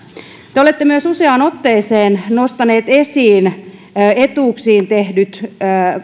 te te olette myös useaan otteeseen nostanut esiin etuuksiin tehdyt